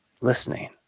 listening